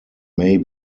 may